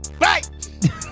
right